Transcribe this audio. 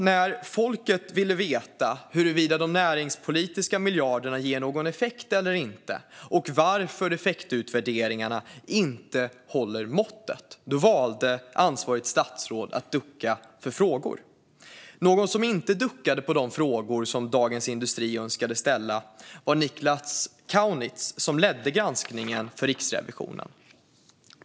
När folket ville veta huruvida de näringspolitiska miljarderna ger någon effekt eller inte och varför effektutvärderingarna inte håller måttet valde ansvarigt statsråd att ducka för frågor. Någon som inte duckade för de frågor som Dagens industri önskade ställa var Niklas Kaunitz, som ledde granskningen för Riksrevisionen.